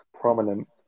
prominent